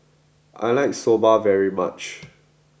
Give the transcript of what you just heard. I like Soba very much